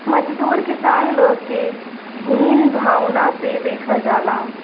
मजदूर किसान लोग के हीन भावना से देखल जाला